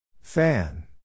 Fan